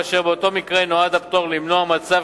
באשר באותו מקרה נועד הפטור למנוע מצב